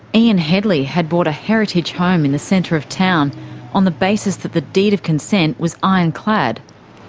ian hedley had bought a heritage home in the centre of town on the basis that the deed of consent was ironclad.